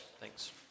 Thanks